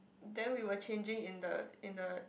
then we were changing in the in the